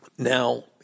Now